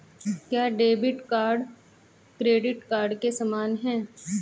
क्या debit card credit card के समान है?